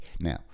Now